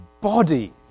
body